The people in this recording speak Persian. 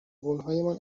قولهایمان